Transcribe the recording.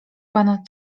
pan